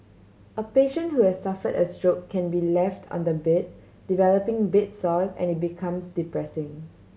a patient who has suffered a stroke can be left on the bed developing bed sores and it becomes depressing